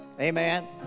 Amen